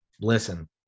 Listen